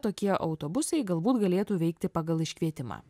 tokie autobusai galbūt galėtų veikti pagal iškvietimą